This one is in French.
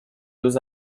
deux